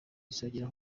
azongera